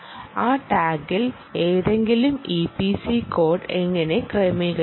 ആ ടാഗിൽ ഏതെങ്കിലും ഇപിസി കോഡ് എങ്ങനെ ക്രമീകരിക്കും